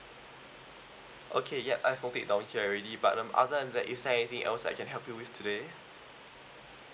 okay ya iphone eight down here already but um other than that is there anything else I can help you with today